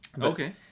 okay